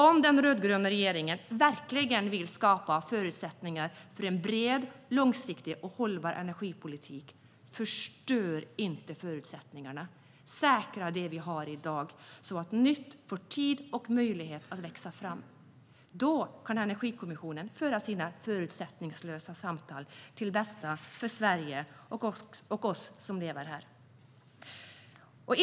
Om den rödgröna regeringen verkligen vill skapa förutsättningar för en bred, långsiktig och hållbar energipolitik ska man inte förstöra förutsättningarna utan säkra det vi har i dag så att nytt får tid och möjlighet att växa fram. Då kan Energikommissionen föra sina förutsättningslösa samtal för Sveriges och Sveriges invånares bästa.